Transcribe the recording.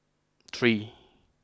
three